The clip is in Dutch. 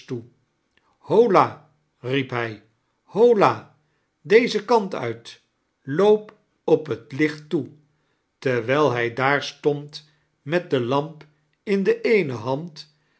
hola riep hij hola deaen kant uit loop op het licht toe terwijl hij daar stond met de lamp in de eehe band